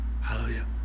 Hallelujah